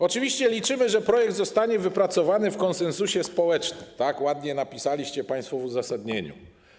Oczywiście liczymy, że projekt zostanie wypracowany w konsensusie społecznym - tak ładnie napisaliście państwo w uzasadnieniu.